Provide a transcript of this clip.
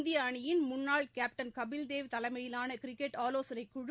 இந்திய அணியின் முன்னாள் கேப்டன் கபில் தேவ் தலைமையிலான கிரிக்கெட் ஆலோசனைக் குழு